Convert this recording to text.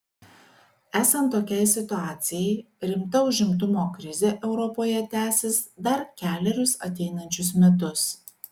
esant tokiai situacijai rimta užimtumo krizė europoje tęsis dar kelerius ateinančius metus